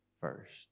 first